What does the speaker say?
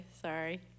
Sorry